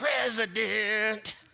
president